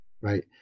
right